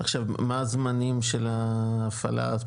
מה הזמנים של ההפעלה?